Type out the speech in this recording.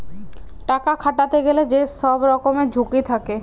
টাকা খাটাতে গেলে যে সব রকমের ঝুঁকি থাকে